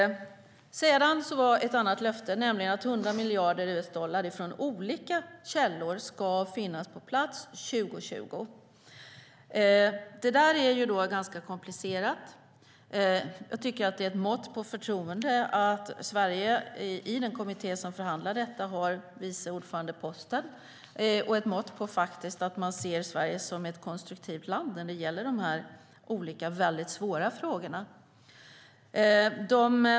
Ett annat löfte var att 100 miljarder US-dollar från olika källor ska finnas på plats 2020. Det är ganska komplicerat. Det är ett mått på förtroende att Sverige i den kommitté som förhandlar om detta har posten som vice ordförande och ett mått på att Sverige ses som ett konstruktivt land när det gäller dessa svåra frågor.